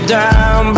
down